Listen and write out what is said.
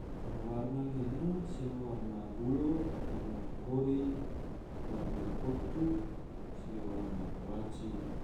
Kalo warna gena, sema warna bulo, warna kohori, warna kotu, se warna kuraci